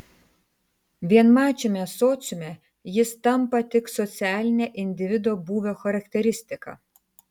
vienmačiame sociume jis tampa tik socialine individo būvio charakteristika